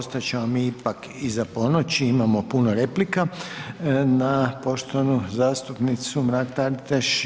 Ostat ćemo mi ipak iza ponoći, imamo puno replika na poštovanu zastupnicu Mrak-Taritaš.